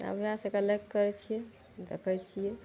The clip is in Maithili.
तब वएह सबके लाइक करय छियै देखय छियै